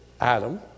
Adam